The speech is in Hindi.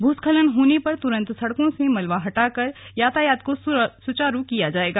भूस्खलन होने पर तुरंत सड़कों से मलबा हटाकर यातायात को सुचारू किया जायेगा